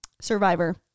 Survivor